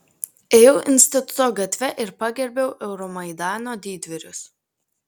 ėjau instituto gatve ir pagerbiau euromaidano didvyrius